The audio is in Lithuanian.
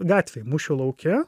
gatvėj mūšio lauke